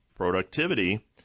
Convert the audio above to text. productivity